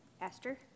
Esther